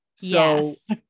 Yes